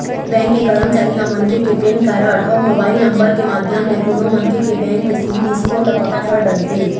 bank के करमचारी ह मनखे के पेन कारड अउ मोबाईल नंबर के माध्यम ले कोनो मनखे के बेंक के सिविल स्कोर ल पता कर डरथे